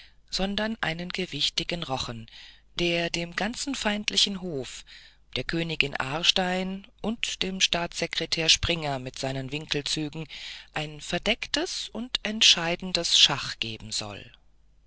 sondern einen gewichtigen rochen der dem ganzen feindlichen hof der königin aarstein und dem staatssekretär springer mit seinen winkelzügen ein verdecktes und entscheidendes schach geben soll